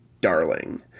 darling